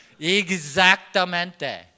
Exactamente